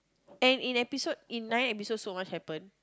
and in episode in nine episode so much happen